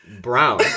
brown